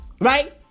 right